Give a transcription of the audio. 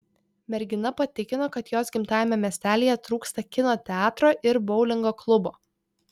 mergina patikino kad jos gimtajame miestelyje trūksta kino teatro ir boulingo klubo